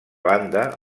banda